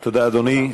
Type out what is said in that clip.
תודה, אדוני.